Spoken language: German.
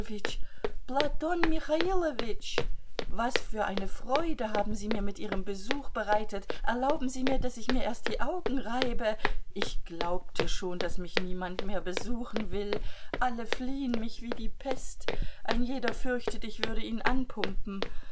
michailowitsch was für eine freude haben sie mir mit ihrem besuch bereitet erlauben sie mir daß ich mir erst die augen reibe ich glaubte schon daß mich niemand mehr besuchen will alle fliehen mich wie die pest ein jeder fürchtet ich würde ihn anpumpen